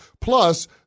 Plus